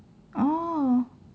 oh